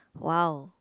wow